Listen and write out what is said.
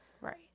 Right